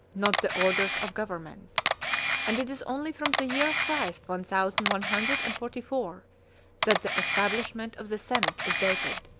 not the orders of government and it is only from the year of christ one thousand one hundred and forty-four that the establishment of the senate is dated,